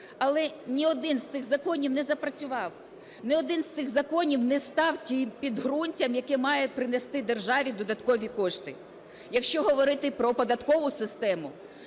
Але ні один з цих законів не запрацював. Ні один з цих законів не став тим підґрунтям, яке має принести державі додаткові кошти. Якщо говорити про податкову систему,